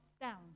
down